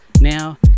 Now